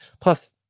Plus